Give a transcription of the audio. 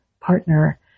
partner